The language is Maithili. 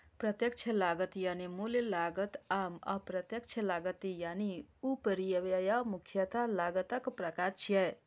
प्रत्यक्ष लागत यानी मूल लागत आ अप्रत्यक्ष लागत यानी उपरिव्यय मुख्यतः लागतक प्रकार छियै